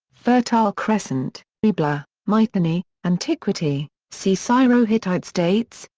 fertile crescent, ebla, mitanni antiquity see syro-hittite states,